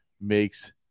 makes